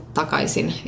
takaisin